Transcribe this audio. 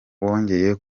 wongeye